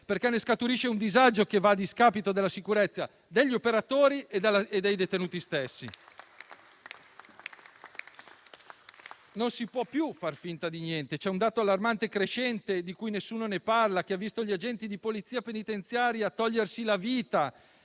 perché ne scaturisce un disagio che va a discapito della sicurezza degli operatori e dei detenuti stessi. Non si può più far finta di niente. C'è un dato allarmante e crescente, di cui nessuno parla, che ha visto gli agenti di Polizia penitenziaria togliersi la vita